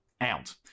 out